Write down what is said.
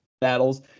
battles